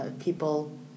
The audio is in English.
people